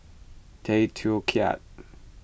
Tay Teow Kiat